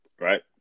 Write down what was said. Right